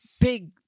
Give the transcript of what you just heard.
big